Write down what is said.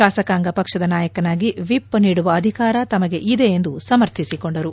ಶಾಸಕಾಂಗ ಪಕ್ಷದ ನಾಯಕನಾಗಿ ವಿಪ್ ನೀಡುವ ಅಧಿಕಾರ ತಮಗೆ ಇದೆ ಎಂದು ಸಮರ್ಥಿಸಿಕೊಂಡರು